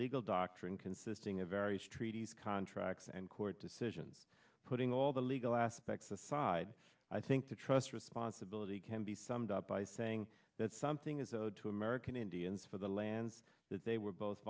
legal doctrine consisting of various treaties contracts and court decisions putting all the legal aspects aside i think the trust responsibility can be summed up by saying that something is owed to american indians for the lands that they were both